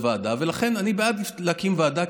ולכן אני בעד להקים ועדה,